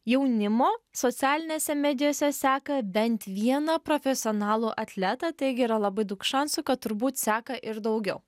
jaunimo socialinėse medijose seka bent vieną profesionalų atletą taigi yra labai daug šansų kad turbūt seka ir daugiau